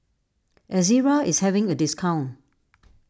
Ezerra is having a discount